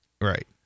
right